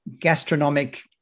gastronomic